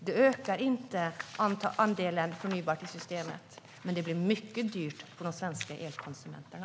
Det ökar inte andelen förnybart i systemet, men det blir mycket dyrt för de svenska elkonsumenterna.